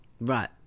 Right